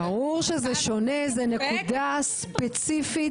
ברור שזה שונה, זו נקודה ספציפית.